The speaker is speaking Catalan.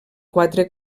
quatre